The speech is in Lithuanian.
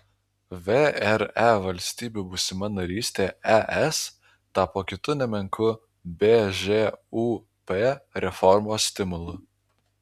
vre valstybių būsima narystė es tapo kitu nemenku bžūp reformos stimulu